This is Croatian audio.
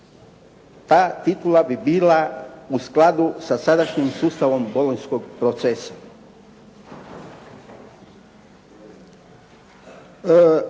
ta titula bi bila u skladu sa sadašnjim sustavom bolonjskog procesa. Kao